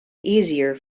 easier